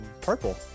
Purple